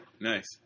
nice